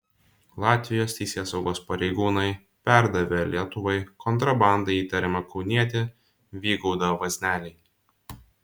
latvijos teisėsaugos pareigūnai perdavė lietuvai kontrabanda įtariamą kaunietį vygaudą vaznelį